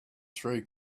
three